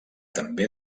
també